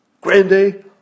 Grande